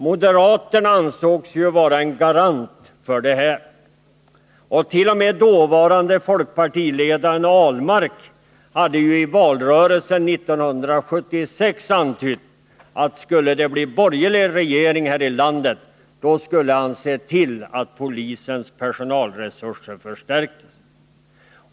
Moderaterna ansågs vara en garant för detta, och t.o.m. dåvarande folkpartiledaren Ahlmark hade i valrörelsen 1976 antytt att skulle det bli borgerlig regering här i landet, då skulle han se till att polisens personalresurser förstärktes.